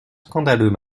scandaleux